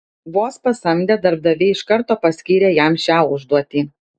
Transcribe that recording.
vos pasamdę darbdaviai iš karto paskyrė jam šią užduotį